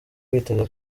biteze